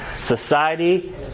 society